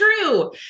true